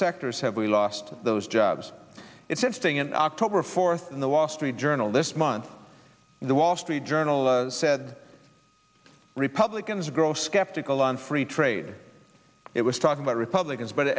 sectors have we lost those jobs it's interesting in october fourth in the wall street journal this month the wall street journal said republicans grow skeptical on free trade it was talking about republicans but